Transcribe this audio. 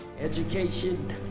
Education